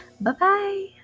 Bye-bye